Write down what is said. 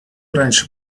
раньше